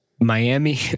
Miami